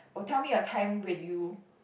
oh tell me a time when you